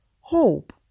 Hope